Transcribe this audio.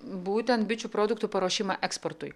būtent bičių produktų paruošimą eksportui